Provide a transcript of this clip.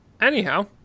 Anyhow